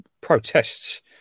protests